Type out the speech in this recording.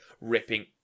ripping